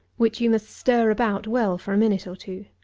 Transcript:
which you must stir about well for a minute or two.